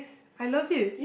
I love it